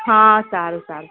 હા સારું સારું